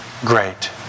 great